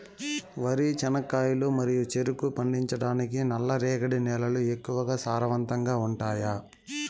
వరి, చెనక్కాయలు మరియు చెరుకు పండించటానికి నల్లరేగడి నేలలు ఎక్కువగా సారవంతంగా ఉంటాయా?